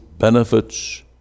benefits